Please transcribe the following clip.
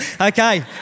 Okay